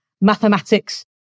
mathematics